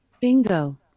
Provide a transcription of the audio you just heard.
Bingo